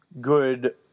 good